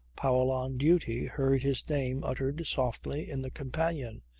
powell on duty, heard his name uttered softly in the companion.